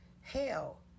hell